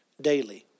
daily